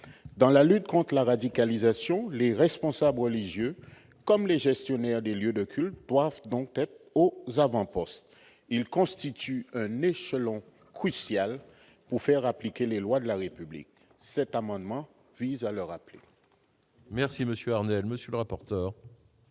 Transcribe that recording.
dans la lutte contre la radicalisation, les responsables religieux comme les gestionnaires de lieux de culte doivent donc être au avant poste il constitue un selon crucial pour faire appliquer les lois de la République, cet amendement vise à le rappeler.